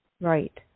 Right